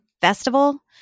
festival